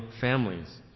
families